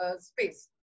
space